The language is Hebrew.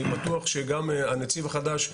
אני בטוח שגם הנציב החדש,